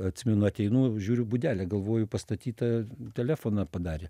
atsimenu ateinu žiūriu būdelė galvoju pastatyta telefoną padarė